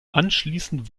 anschließend